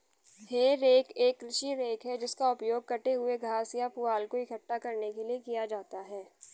हे rake एक कृषि rake है जिसका उपयोग कटे हुए घास या पुआल को इकट्ठा करने के लिए किया जाता है